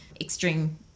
extreme